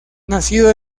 nacido